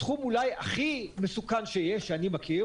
התחום הכי מסוכן שיש שאני מכיר